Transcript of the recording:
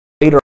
Later